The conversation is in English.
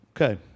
Okay